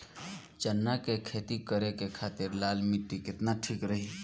चना के खेती करे के खातिर लाल मिट्टी केतना ठीक रही?